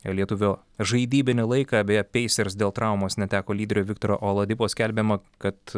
lietuvių žaidybinį laiką beje peisers dėl traumos neteko lyderio viktoro oladipo skelbiama kad